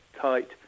tight